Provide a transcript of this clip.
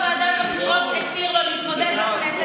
ועדת הבחירות התיר לו להתמודד לכנסת,